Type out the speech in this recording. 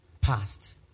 passed